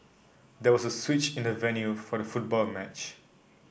there was a switch in the venue for the football match